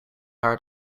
haar